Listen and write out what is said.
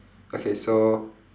okay so